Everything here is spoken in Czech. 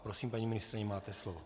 Prosím, paní ministryně, máte slovo.